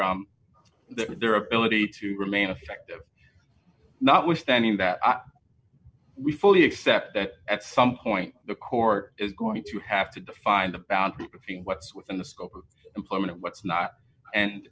seen their ability to remain effective notwithstanding that we fully accept that at some point the court is going to have to define the boundary between what's within the scope of employment and what's not and